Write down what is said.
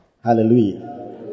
Hallelujah